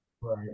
right